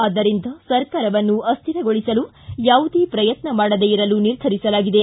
ಆದ್ದರಿಂದ ಸರ್ಕಾರವನ್ನು ಅಶ್ಥಿರಗೊಳಿಸಲು ಯಾವುದೇ ಪ್ರಯತ್ನ ಮಾಡದೇ ಇರಲು ನಿರ್ಧರಿಸಲಾಗಿದೆ